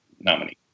nominee